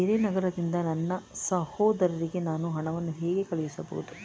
ಬೇರೆ ನಗರದಿಂದ ನನ್ನ ಸಹೋದರಿಗೆ ನಾನು ಹಣವನ್ನು ಹೇಗೆ ಕಳುಹಿಸಬಹುದು?